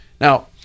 Now